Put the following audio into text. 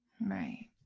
Right